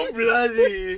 bloody